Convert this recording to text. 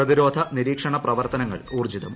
പ്രതിരോധ നിര്യീക്ഷണ പ്രവർത്തനങ്ങൾ ഊർജ്ജിതം